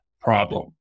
problem